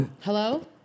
Hello